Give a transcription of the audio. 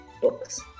books